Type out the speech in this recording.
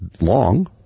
long